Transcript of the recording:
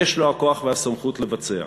יש לו הכוח והסמכות לבצע.